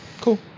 Cool